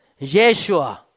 Yeshua